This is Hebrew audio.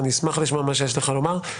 אני אשמח לשמוע מה שיש לך לומר.